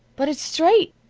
but it's straight.